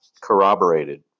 corroborated